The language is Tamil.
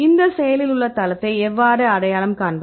இந்த செயலில் உள்ள தளத்தை எவ்வாறு அடையாளம் காண்பது